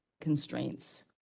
constraints